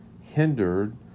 hindered